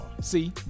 See